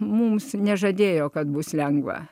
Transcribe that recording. mums nežadėjo kad bus lengva